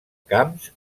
camps